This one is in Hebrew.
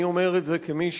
אני אומר את זה כמי,